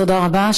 תודה רבה.